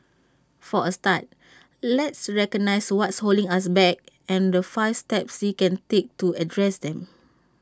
for A start let's recognise what's holding us back and the five steps we can take to address them